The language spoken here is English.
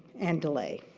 and delay.